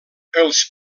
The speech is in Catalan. els